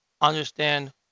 understand